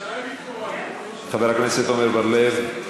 חבר הכנסת עמר בר-לב.